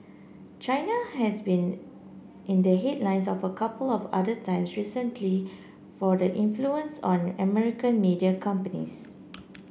China has been in the headlines of a couple of other times recently for the influence on American media companies